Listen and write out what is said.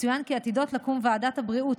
צוין כי עתידות לקום ועדת הבריאות,